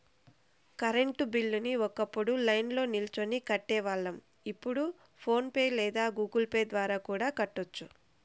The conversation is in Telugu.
కరెంటు బిల్లుని ఒకప్పుడు లైన్ల్నో నిల్చొని కట్టేవాళ్ళం, ఇప్పుడు ఫోన్ పే లేదా గుగుల్ పే ద్వారా కూడా కట్టొచ్చు